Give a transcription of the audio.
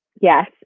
Yes